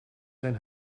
zijn